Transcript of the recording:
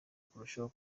kurushaho